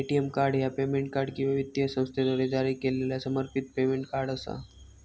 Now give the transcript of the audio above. ATM card ह्या payment card किंवा वित्तीय संस्थेद्वारा जारी केलेला समर्पित पेमेंट कार्ड असा